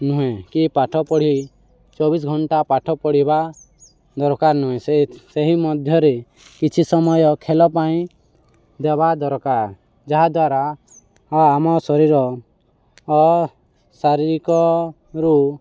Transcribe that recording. ନୁହେଁ କି ପାଠ ପଢ଼ି ଚବିଶ ଘଣ୍ଟା ପାଠ ପଢ଼ିବା ଦରକାର ନୁହେଁ ସେ ସେହି ମଧ୍ୟରେ କିଛି ସମୟ ଖେଳ ପାଇଁ ଦେବା ଦରକାର ଯାହାଦ୍ୱାରା ଆମ ଶରୀର ଶାରୀରିକରୁ